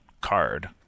card